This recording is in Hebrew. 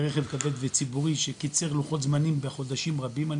רכב כבד וציבורי שקיצר לוחות זמנים בחודשים רבים.